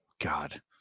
God